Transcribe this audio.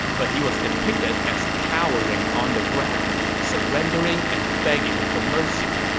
but he was depicted as cowering on the ground, surrendering and begging for mercy